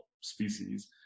species